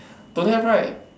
don't have right